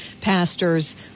pastors